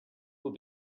will